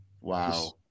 Wow